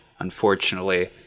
unfortunately